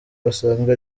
basanzwe